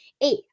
eight